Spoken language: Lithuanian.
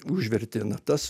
užvertė natas